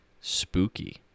Spooky